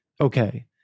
okay